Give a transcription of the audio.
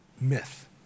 myth